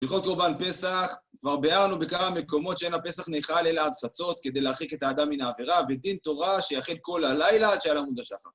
בכל זאת קורבן פסח, כבר ביארנו בכמה מקומות שאין הפסח נאכל אלא הדחצות כדי להרחיק את האדם מן העבירה ודין תורה שיחיד כל הלילה עד שעה לעמוד השחר